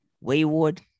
wayward